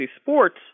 sports